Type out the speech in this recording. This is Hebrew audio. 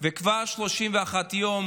וכבר 31 יום